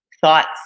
Thoughts